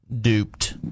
duped